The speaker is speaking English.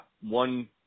one